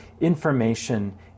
information